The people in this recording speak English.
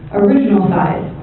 original size,